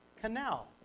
canal